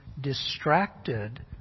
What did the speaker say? distracted